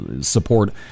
support